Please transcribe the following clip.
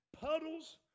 puddles